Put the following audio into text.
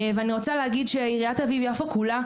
ואני רוצה להגיד שעיריית תל אביב יפו כולה,